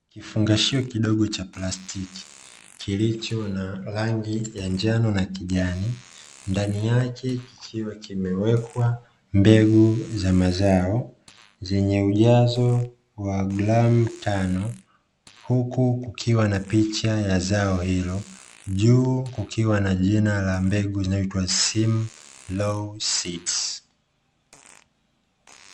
Kifungashio kidogo cha plastiki kilicho na rangi ya njano na kijani, ndani yake kikiwa kimewekwa mbegu za mazao zenye ujazo wa gramu tano, huku kukiwa na picha ya zao hilo juu kukiwa na jina la mbegu inayoitwa sim low seeds.